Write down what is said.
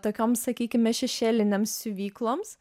tokioms sakykime šešėliniams siuvykloms